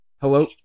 Hello